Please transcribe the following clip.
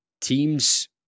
teams